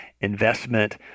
investment